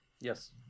Yes